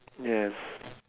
yes